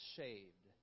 saved